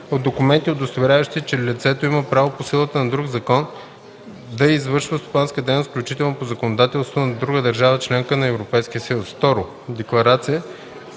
от документи, удостоверяващи, че лицето има право по силата на друг закон да извършва стопанска дейност, включително по законодателството на друга държава – членка на Европейския съюз; 2. декларация,